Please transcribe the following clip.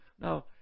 Now